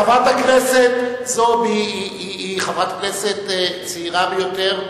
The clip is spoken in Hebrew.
חברת הכנסת זועבי היא חברת כנסת צעירה ביותר,